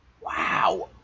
wow